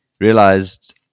realized